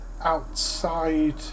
outside